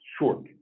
short